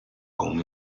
con